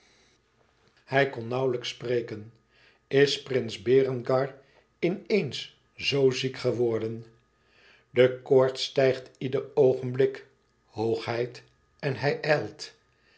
hij kon nauwlijks spreken is prins berengar in eens zoo ziek geworden de koorts stijgt ieder oogenblik hoogheid en hij ijlt